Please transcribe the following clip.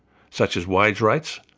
such as wage rates,